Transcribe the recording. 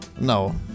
No